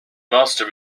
master